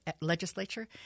legislature